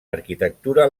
arquitectura